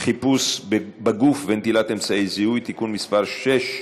הצעת חוק הצבעה באמצעות תעודה צבאית אישית (תיקוני חקיקה),